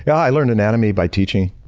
yeah i learned anatomy by teaching.